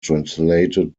translated